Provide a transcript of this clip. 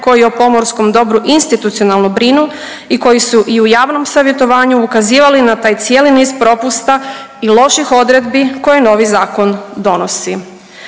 koji o pomorskom dobru institucionalno brinu i koji su i u javnom savjetovanju ukazivali na taj cijeli niz propusta i loših odredbi koje novi zakon donosi.